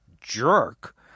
jerk